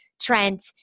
Trent